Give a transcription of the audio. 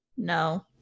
no